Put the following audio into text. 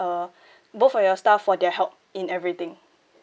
uh both of your staff for their help in everything